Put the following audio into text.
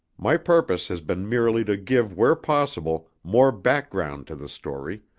my purpose has been merely to give where possible more background to the story,